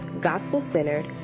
gospel-centered